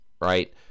Right